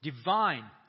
Divine